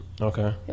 Okay